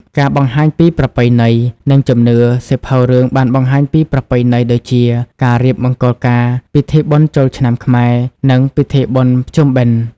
ការបង្ហាញពីប្រពៃណី និងជំនឿសៀវភៅរឿងបានបង្ហាញពី ប្រពៃណី ដូចជាការរៀបមង្គលការ ពិធីបុណ្យចូលឆ្នាំខ្មែរ និងពិធីបុណ្យភ្ជុំបិណ្ឌ។